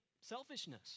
selfishness